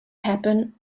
happen